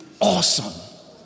awesome